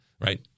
Right